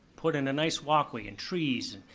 put in a nice walkway and trees,